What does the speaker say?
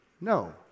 no